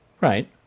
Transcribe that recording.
Right